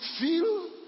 feel